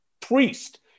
priest